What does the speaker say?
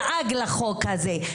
הוא דאג לחוק הזה.